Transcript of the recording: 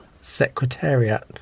Secretariat